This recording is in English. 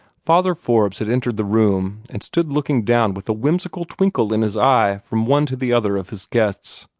father forbes had entered the room, and stood looking down with a whimsical twinkle in his eye from one to the other of his guests.